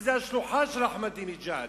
זאת השלוחה של אחמדינג'אד.